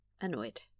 Annoyed